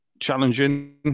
Challenging